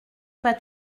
pas